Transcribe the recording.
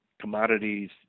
Commodities